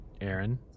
Aaron